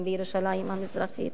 גם בירושלים המזרחית